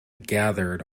gathered